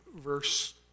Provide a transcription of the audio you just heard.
verse